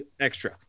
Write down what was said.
extra